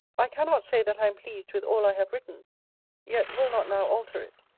i cannot say that i am pleased with all i have written yet will not now alter it.